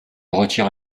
retire